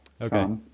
Okay